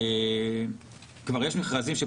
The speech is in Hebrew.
כבר יש מכרזים.